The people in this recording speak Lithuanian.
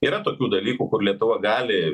yra tokių dalykų kur lietuva gali